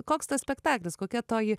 koks tas spektaklis kokia toji